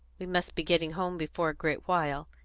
we must be getting home before a great while.